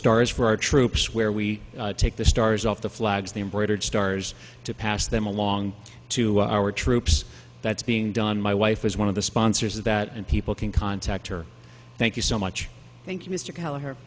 stars for our troops where we take the stars off the flags the embroidered stars to pass them along to our troops that's being done my wife is one of the sponsors of that and people can contact her thank you so much thank you mr call